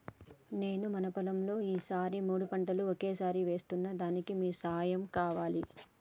నాను మన పొలంలో ఈ సారి మూడు పంటలు ఒకేసారి వేస్తున్నాను దానికి మీ సహాయం కావాలి